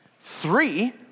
three